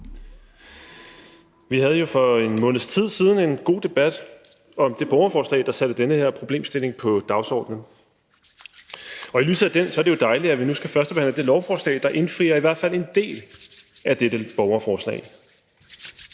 Vi havde jo for en måneds tid siden en god debat om det borgerforslag, der satte den her problemstilling på dagsordenen, og i lyset af den er det jo dejligt, at vi nu skal førstebehandle det lovforslag, der indfrier i hvert fald en del af dette borgerforslag.